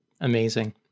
Amazing